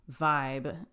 vibe